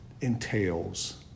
entails